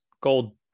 Gold